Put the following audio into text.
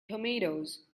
tomatoes